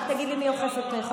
רק תגיד לי מי אוכף את החוק הזה.